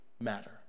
matter